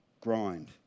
grind